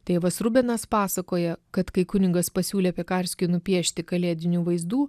tėvas rubenas pasakojo kad kai kunigas pasiūlė piekarskiui nupiešti kalėdinių vaizdų